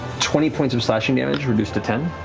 twenty points of slashing damage reduced to ten.